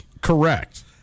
Correct